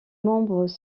membres